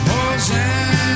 Hosanna